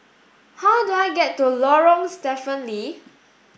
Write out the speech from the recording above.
how do I get to Lorong Stephen Lee